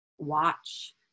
watch